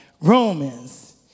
Romans